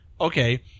Okay